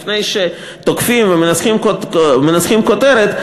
לפני שתוקפים ומנסחים כותרת,